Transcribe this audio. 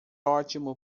ótimo